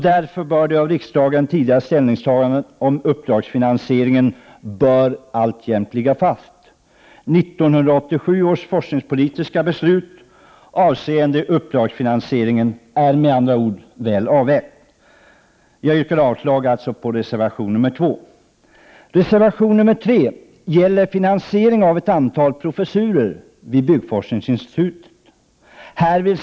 Därför bör det av riksdagen tidigare ställningstagandet till uppdragsfinansiering alltjämt ligga fast. 1987 års forskningspolitiska beslut avseende uppdragsfinansiering är med andra ord väl avvägt. Jag yrkar avslag på reservation 2. Reservation 3 gäller finansiering av ett antal professurer vid byggforskningsinstitutet.